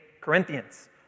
Corinthians